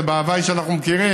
זה בהווי שאנחנו מכירים,